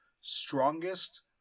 strongest